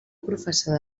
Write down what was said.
professor